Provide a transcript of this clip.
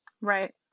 Right